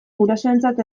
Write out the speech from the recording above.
gurasoentzat